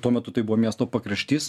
tuo metu tai buvo miesto pakraštys